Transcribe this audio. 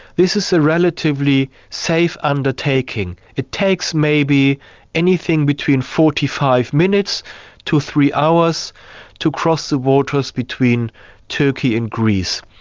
this is a relatively safe undertaking. it takes maybe anything between forty five minutes to three hours to cross the waters between turkey and greece.